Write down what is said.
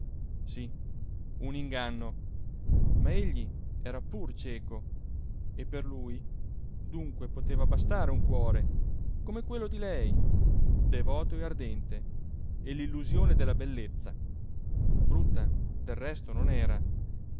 sì un inganno ma egli era pur cieco e per lui dunque poteva bastare un cuore come quello di lei devoto e ardente e l'illusione della bellezza brutta del resto non era